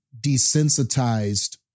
desensitized